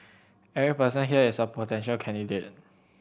every person here is a potential candidate